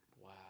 Wow